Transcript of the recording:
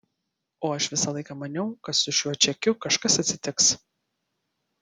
o aš visą laiką maniau kad su šiuo čekiu kažkas atsitiks